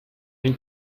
ihr